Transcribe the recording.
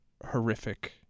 horrific